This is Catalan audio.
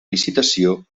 licitació